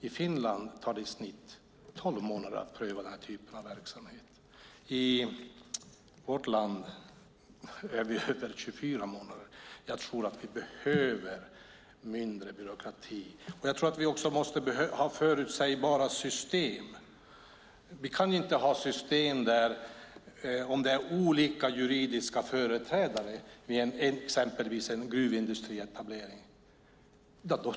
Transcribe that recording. I Finland tar det i snitt 12 månader att pröva denna typ av verksamhet, i vårt land över 24. Jag tror att vi behöver mindre byråkrati och att vi också måste ha förutsägbara system. Vi kan inte ha system där det enligt lagstiftningen blir okej bara om det är olika juridiska företrädare vid exempelvis en gruvindustrietablering.